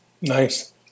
Nice